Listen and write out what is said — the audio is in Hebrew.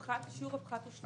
שיעור הפחת הוא שנתי.